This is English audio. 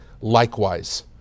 Likewise